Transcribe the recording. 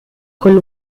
col